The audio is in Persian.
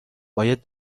باید